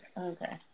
Okay